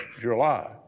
July